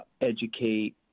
educate